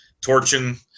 torching